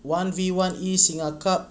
one V one E singa cup